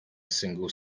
single